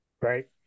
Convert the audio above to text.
right